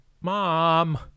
Mom